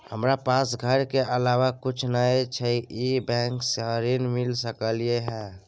हमरा पास घर के अलावा कुछ नय छै ई बैंक स ऋण मिल सकलउ हैं?